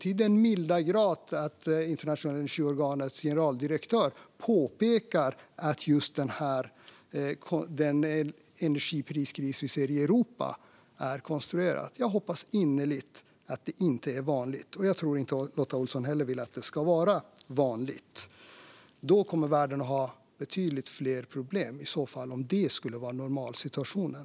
Det har till och med fått det internationella energiorganets generaldirektör att påpeka att energipriskrisen i Europa är konstruerad. Jag hoppas innerligt att detta inte blir vanligt, och jag tror inte heller att Lotta Olsson vill att det ska vara vanligt. Om det skulle bli normalsituationen skulle världen få betydligt fler problem.